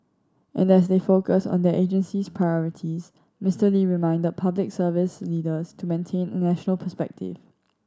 and as they focus on their agency's priorities Mister Lee reminded Public Service leaders to maintain a national perspective